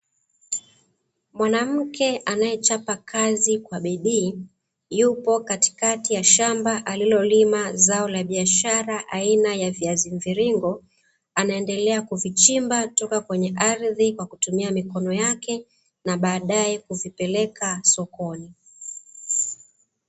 Mwanamke anaechapa kazi kwa bidii yupo katikati ya shamba alilolima zao la biashara aina ya viazi mviringo, anaendelea kuvichimba toka kwenye ardhi kwa kutumia mikono yake na baadaye kuvipeleka sokoni.